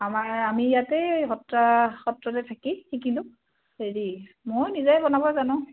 আমাৰ আমি ইয়াতে সত্ৰা সত্ৰতে থাকি শিকিলোঁ হেৰি ময়ো নিজেই বনাব জানো